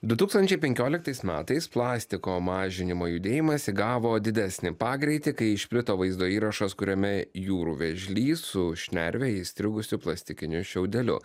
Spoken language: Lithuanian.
du tūkstančiai penkioliktais metais plastiko mažinimo judėjimas įgavo didesnį pagreitį kai išplito vaizdo įrašas kuriame jūrų vėžlys su šnervėje įstrigusiu plastikiniu šiaudeliu